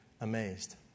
amazed